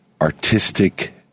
artistic